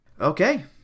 Okay